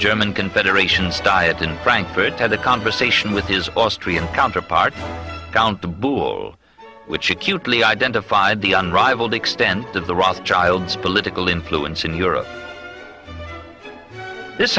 german confederations diet in frankfurt had a conversation with his austrian counterpart down the book which acutely identified the unrivaled extent of the rothschilds political influence in europe this